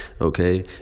okay